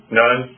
none